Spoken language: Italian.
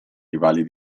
rivali